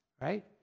right